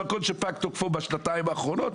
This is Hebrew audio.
דרכון שפג תוקפו בשנתיים האחרונות,